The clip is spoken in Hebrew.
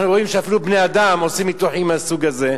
אנחנו רואים שאפילו בני-אדם עושים ניתוחים מהסוג הזה,